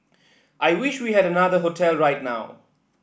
I wish we had another hotel right now